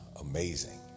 amazing